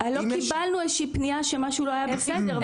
לא קיבלנו איזושהי פניה שמשהו לא היה בסדר.